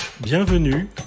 Bienvenue